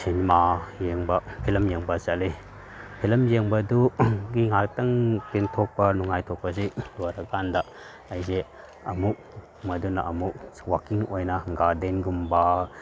cinema ꯌꯦꯡꯕ film ꯌꯦꯡꯕ ꯆꯠꯂꯤ ꯐꯤꯂꯝ ꯌꯦꯡꯕꯗꯨꯒꯤ ꯉꯥꯏꯍꯥꯛꯇꯪ ꯄꯦꯟꯊꯣꯛꯄ ꯅꯨꯡꯉꯥꯏꯊꯣꯛꯄꯁꯤ ꯂꯣꯏꯔ ꯀꯥꯟꯗ ꯑꯩꯁꯦ ꯑꯃꯨꯛ ꯃꯗꯨꯅ ꯑꯃꯨꯛ ꯋꯥꯛꯀꯤꯡ ꯑꯣꯏꯅ ꯒꯥꯔꯗꯦꯟꯒꯨꯝꯕ